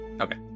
Okay